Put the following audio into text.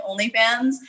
OnlyFans